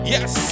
Yes